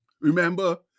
Remember